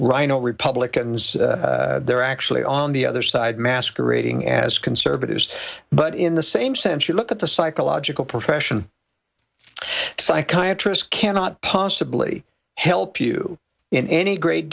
rhino republicans they're actually on the other side masquerading as conservatives but in the same sense you look at the psychological profession psychiatry is cannot possibly help you in any great